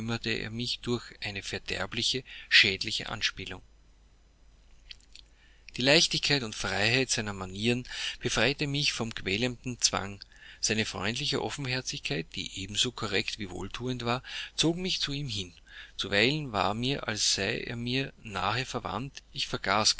er mich durch eine verderbliche schädliche anspielung die leichtigkeit und freiheit seiner manieren befreite mich von quälendem zwange seine freundliche offenherzigkeit die ebenso korrekt wie wohlthuend war zog mich zu ihm hin zuweilen war mir als sei er mir nahe verwandt ich vergaß